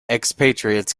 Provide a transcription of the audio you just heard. expatriates